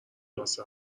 واسه